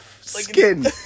skin